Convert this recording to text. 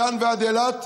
מדן ועד אילת,